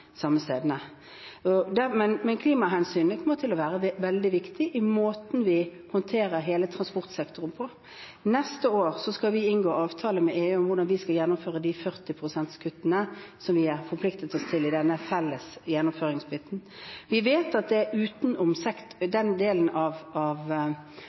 stedene. Klimahensynet kommer til å være veldig viktig når det gjelder måten vi håndterer hele transportsektoren på. Neste år skal vi inngå en avtale med EU om hvordan vi skal gjennomføre de 40 pst.-kuttene som vi har forpliktet oss til i den felles gjennomføringsbiten. Vi vet at den delen av norske utslipp som ikke er en del av